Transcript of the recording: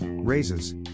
Raises